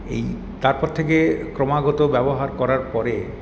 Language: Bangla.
এই তারপর থেকে ক্রমাগত ব্যবহার করার পরে